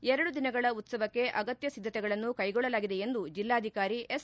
ಎರಡು ದಿನಗಳ ಉತ್ಸವಕ್ಕೆ ಅಗತ್ಯ ಸಿದ್ದತೆಗಳನ್ನು ಕೈಗೊಳ್ಳಲಾಗಿದೆ ಎಂದು ಜಿಲ್ಲಾಧಿಕಾರಿ ಎಸ್